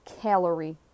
calorie